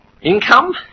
income